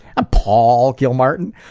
ah paul gilmartin.